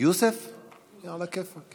כנסת נכבדה,